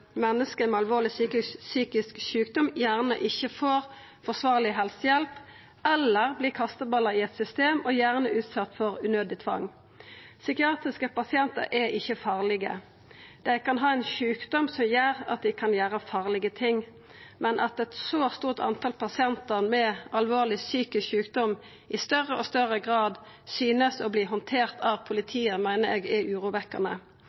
menneske med alvorleg psykisk sjukdom gjerne ikkje får forsvarleg helsehjelp, eller at dei vert kasteballar i eit system og gjerne utsette for unødig tvang. Psykiatriske pasientar er ikkje farlege. Dei kan ha ein sjukdom som gjer at dei kan gjera farlege ting. Men at så mange pasientar med alvorleg psykisk sjukdom i større og større grad ser ut til å verta handterte av politiet, meiner eg er urovekkjande